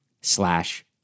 slash